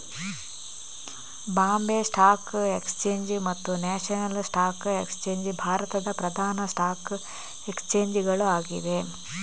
Bombay stock exchange ಮತ್ತು national stock exchange ಭಾರತದ ಪ್ರಧಾನ ಸ್ಟಾಕ್ ಎಕ್ಸ್ಚೇಂಜ್ ಗಳು ಆಗಿವೆ